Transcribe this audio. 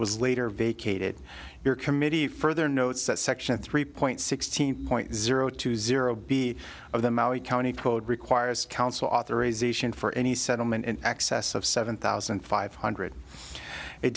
was later vacated your committee further notes that section three point sixteen point zero two zero b of the maui county code requires council authorization for any settlement in excess of seven thousand five hundred